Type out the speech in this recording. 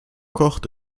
kocht